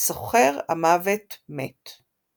"סוחר המוות מת".